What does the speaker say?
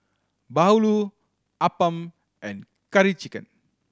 bahulu appam and Curry Chicken